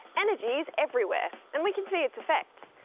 energy is everywhere and we can see its effects,